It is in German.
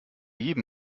jedem